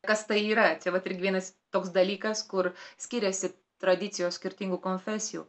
kas tai yra čia vat irgi vienas toks dalykas kur skiriasi tradicijos skirtingų konfesijų